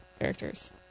characters